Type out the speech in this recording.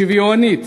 שוויונית